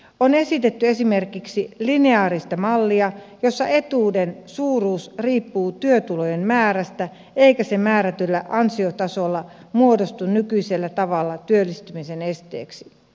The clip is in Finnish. on esitetty esimerkiksi lineaarista mallia jossa etuuden suuruus riippuu työtulojen määrästä eikä se määrätyllä ansiotasolla muodostu nykyisellä tavalla työllistymisen esteeksi